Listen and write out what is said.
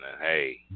Hey